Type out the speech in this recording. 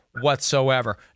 whatsoever